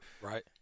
Right